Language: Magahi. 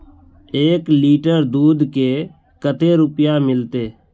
एक लीटर दूध के कते रुपया मिलते?